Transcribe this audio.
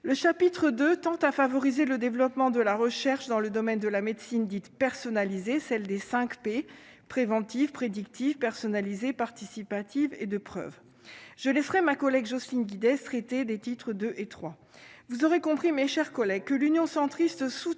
le chapitre 2, tend à favoriser le développement de la recherche dans le domaine de la médecine dite personnalisée, celle des 5 p préventive prédictive personnalisée participative et de preuves, je laisserai ma collègue Jocelyne Guidez et des titres de et vous aurez compris mes chers collègues, que l'Union centriste soutient